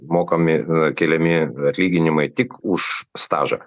mokami keliami atlyginimai tik už stažą